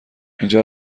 اینجا